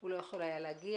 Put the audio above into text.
לא היה יכול להגיע.